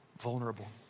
vulnerable